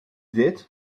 dit